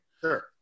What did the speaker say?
sure